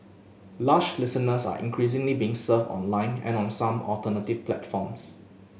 lush listeners are increasingly being served online and on some alternative platforms